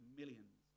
millions